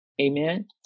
Amen